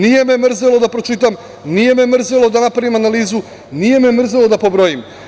Nije me mrzelo da pročitam, nije me mrzelo da napravim analizu, nije me mrzelo da pobrojim.